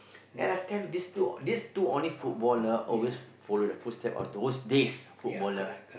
and I've attempt this two this two only footballer obvious follow the full step of the who's this footballer